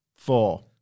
Four